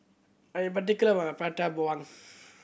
I am particular about Prata Bawang